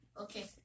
Okay